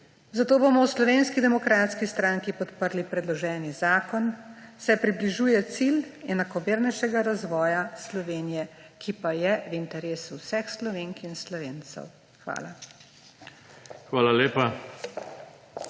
Zato bomo v Slovenski demokratski stranki podprli predloženi zakon, saj približuje cilj enakomernejšega razvoja Slovenije, ki pa je v interesu vseh Slovenk in Slovencev. Hvala.